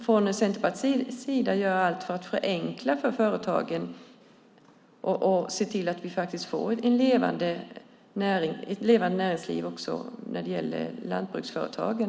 Från Centerpartiets sida gör vi nu allt för att förenkla för företagen och se till att vi får ett levande näringsliv också när det gäller lantbruksföretagen.